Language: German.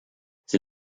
sie